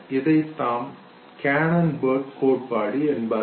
இதைத்தான் Cannon Bard கோட்பாடு என்பார்கள்